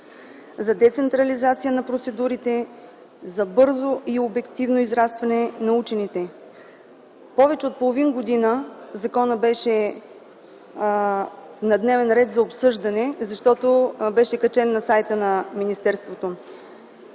за децентрализация на процедурите, за бързо и обективно израстване на учените. Повече от половин година законът беше на дневен ред за обсъждане, защото беше качен на сайта на министерството,